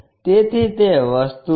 તેથી તે વસ્તુ છે